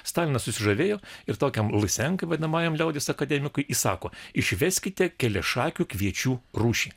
stalinas susižavėjo ir tokiam lysenkai vadinamajam liaudies akademikui įsako išveskite keliašakių kviečių rūšį